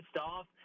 off